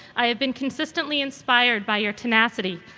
i have been consistently inspired by your tenacity,